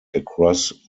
across